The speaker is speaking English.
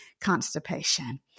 constipation